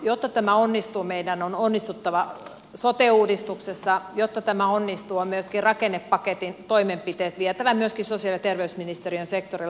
jotta tämä onnistuu meidän on onnistuttava sote uudistuksessa ja jotta tämä onnistuu on rakennepaketin toimenpiteet vietävä myöskin sosiaali ja terveysministeriön sektorilla